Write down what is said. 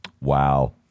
Wow